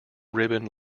ribbon